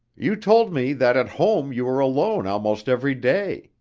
you told me that at home you were alone almost every day.